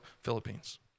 Philippines